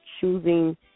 choosing